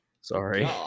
sorry